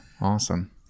awesome